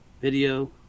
Video